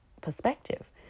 perspective